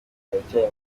baracyari